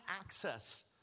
access